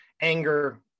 anger